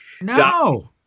No